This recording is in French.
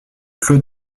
clos